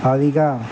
Bhavika